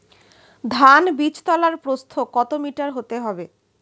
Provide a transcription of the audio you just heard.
ধান বীজতলার প্রস্থ কত মিটার হতে হবে?